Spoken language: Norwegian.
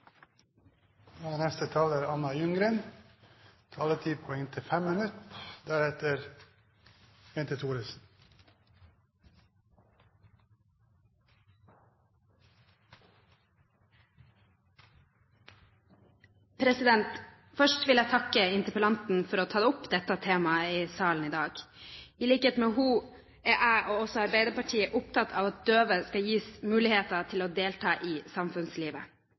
Først vil jeg takke interpellanten for å ha tatt opp dette temaet i salen i dag. I likhet med henne er jeg og Arbeiderpartiet opptatt av at døve skal gis muligheten til å delta i samfunnslivet,